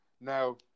Now